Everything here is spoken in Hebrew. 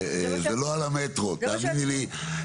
זה לא על המטרו, תאמיני לי.